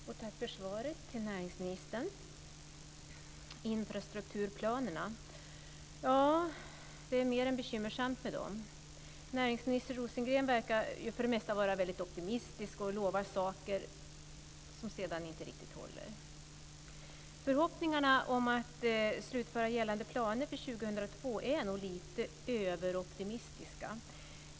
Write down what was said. Fru talman! Tack för svaret, näringsministern! Infrastrukturplanerna - ja, det är mer än bekymmersamt med dem. Näringsminister Rosengren verkar för det mesta vara väldigt optimistisk och lovar saker som sedan inte riktigt håller. Förhoppningarna om att kunna slutföra gällande planer till 2002 är nog lite överoptimistiska.